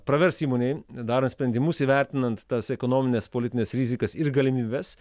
pravers įmonei darant sprendimus įvertinant tas ekonomines politines rizikas ir galimybes